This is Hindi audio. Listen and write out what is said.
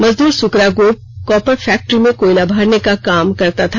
मजदूर सुकरा गोप कोपर फैक्ट्री में कोयला भरने का काम करता था